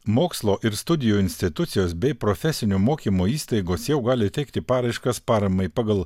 mokslo ir studijų institucijos bei profesinio mokymo įstaigos jau gali teikti paraiškas paramai pagal